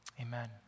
Amen